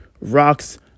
rocks